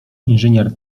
inżynier